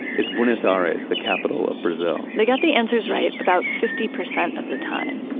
is buenos ah aires the capital of brazil? they got the answers right about fifty percent of the time.